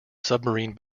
submarine